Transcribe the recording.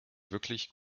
wirklich